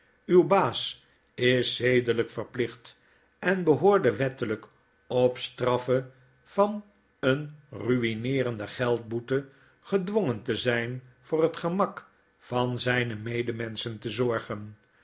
uw baas is zedelyk verplicht en behoorde wettelijk op straffe van een ruineerende geldboete gedwongen te zyn voor het gemak van zijne medemenschen te zorgen